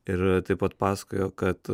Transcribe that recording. ir taip pat pasakojo kad